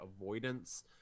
avoidance